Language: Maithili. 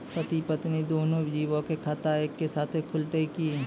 पति पत्नी दुनहु जीबो के खाता एक्के साथै खुलते की?